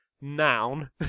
noun